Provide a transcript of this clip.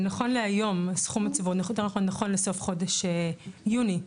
נכון להיום, יותר נכון, נכון לסוף חודש יוני,